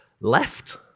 left